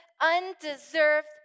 undeserved